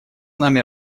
нами